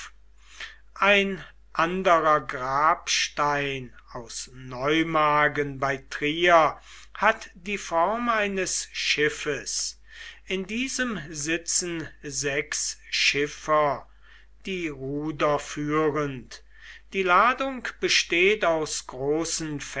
ein anderer grabstein aus neumagen bei trier hat die form eines schiffes in diesem sitzen sechs schiffer die ruder führend die ladung besteht aus großen